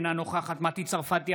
אינה נוכחת מטי צרפתי הרכבי,